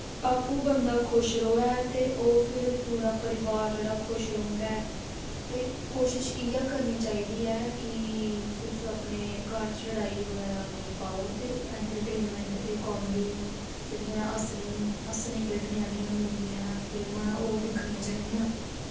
आपू बंदा खुश रवै ते ओह् फिर पूरा परिवार जेह्ड़ा खुश रौंह्दा ऐ ते कोशिस इयै करनी चाहिदी ऐ कि तुस अपने घर च लड़ाई बगैरा नेईं पाओ ते एंटरटेनमेंट ते कामेडी जेह्ड़ियां हस्सने हस्सने खेढने आह्लियां मूवियां फिलमां ओह् दिक्खनियां चाहिदियां